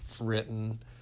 written